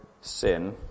sin